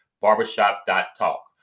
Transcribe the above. Barbershop.talk